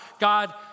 God